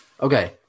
okay